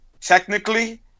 technically